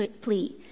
plea